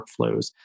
workflows